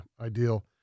ideal